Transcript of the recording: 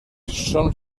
són